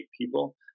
people